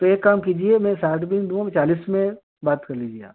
तो एक काम कीजिए में साठ भी नहीं दूँगा मैं चालीस में बात कर लीजिए आप